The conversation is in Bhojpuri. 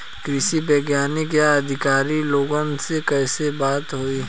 कृषि वैज्ञानिक या अधिकारी लोगन से कैसे बात होई?